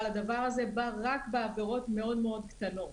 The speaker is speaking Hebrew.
אבל הדבר הזה בא רק בעבירות מאוד מאוד קטנות.